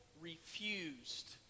refused